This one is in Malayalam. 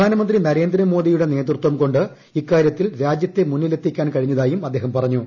പ്രധാന മന്ത്രി നരേന്ദ്രമോദിയുടെ നേതൃത്വം കൊണ്ട് ഇക്കാര്യത്തിൽ രാജ്യത്തെ മുന്നിലെത്തിക്കാൻ കഴിഞ്ഞതായും അദ്ദേഹം പറഞ്ഞു